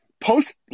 Post